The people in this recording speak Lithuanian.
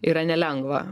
yra nelengva